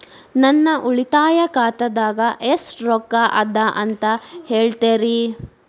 ನನ್ನ ಉಳಿತಾಯ ಖಾತಾದಾಗ ಎಷ್ಟ ರೊಕ್ಕ ಅದ ಅಂತ ಹೇಳ್ತೇರಿ?